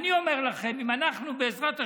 אני אומר לכם, אם אנחנו, בעזרת השם,